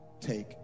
take